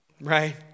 right